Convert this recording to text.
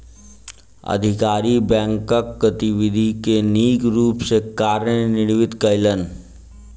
अधिकारी बैंकक गतिविधि के नीक रूप सॅ कार्यान्वित कयलैन